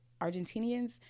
argentinians